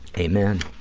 amen,